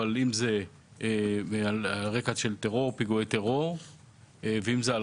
אבל אם זה על רקע של אירועי טרור ואם זה על